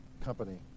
Company